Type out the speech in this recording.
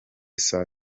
saa